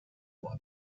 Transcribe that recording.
und